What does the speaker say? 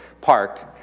parked